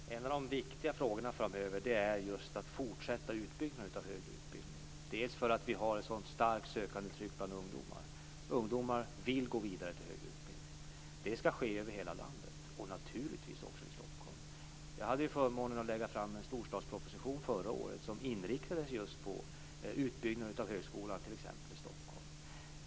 Herr talman! En av de viktiga frågorna framöver är att utbyggnaden av högre utbildning skall fortsätta därför att vi har ett så starkt sökandetryck bland ungdomar. Ungdomar vill gå vidare till högre utbildning. Det skall ske över hela landet, och naturligtvis också i Jag hade ju förmånen att lägga fram en storstadsproposition förra året som inriktades just på utbyggnad av högskolan t.ex. i Stockholm.